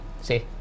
see